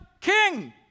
king